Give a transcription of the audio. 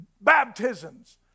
baptisms